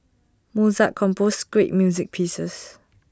Mozart composed great music pieces